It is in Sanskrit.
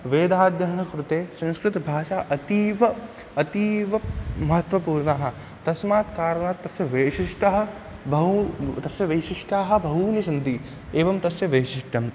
वेदाध्ययनकृते संस्कृतभाषा अतीव अतीवमहत्त्वपूर्णा तस्मात् कारणात् तस्य वैशिष्ट्यं बहु तस्य वैशिष्ट्यं बहूनि सन्ति एवं तस्य वैशिष्ट्यं